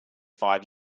five